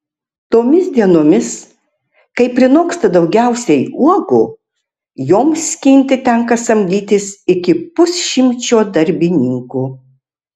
tomis dienomis kai prinoksta daugiausiai uogų joms skinti tenka samdytis iki pusšimčio darbininkų